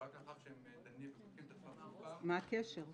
ורק לאחר שהם דנים ובודקים את עצמם שוב --- מה הקשר?